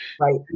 Right